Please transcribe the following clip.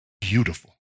Beautiful